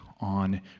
on